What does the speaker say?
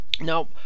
Now